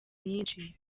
nyinshi